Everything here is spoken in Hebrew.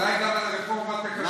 אולי גם על רפורמת הכשרות תדבר?